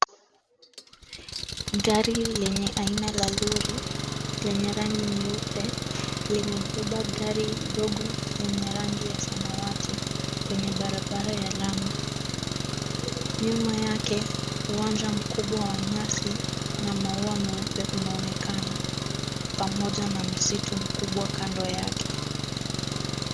Gari lenye aina la lori lenye rangi nyeupe limebeba gari ndogo lenye rangi ya samawati kwenye barabara ya lami. Nyuma yake uwanja mkubwa wa nyasi na maua meupe unonekana pamoja na msitu mkubwa kando yake.